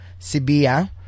Sibia